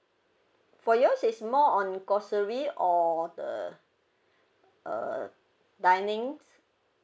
for yours is more on grocery or the uh dinings